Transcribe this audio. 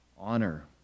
Honor